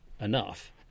enough